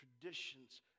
traditions